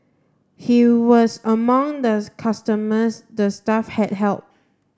he was among does customers the staff had helped